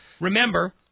Remember